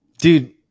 Dude